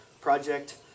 Project